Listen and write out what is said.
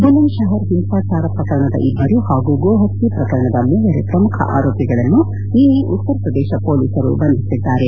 ಬುಲಂದ್ಶಪರ್ ಓಂಸಾಚಾರ ಪ್ರಕರಣದ ಇಬ್ಬರು ಹಾಗೂ ಗೋಹತ್ತೆ ಪ್ರಕರಣದ ಮೂವರು ಪ್ರಮುಖ ಆರೋಪಿಗಳನ್ನು ನಿನ್ನೆ ಉತ್ತರ ಪ್ರದೇಶ ಪೊಲೀಸರು ಬಂಧಿಸಿದ್ದಾರೆ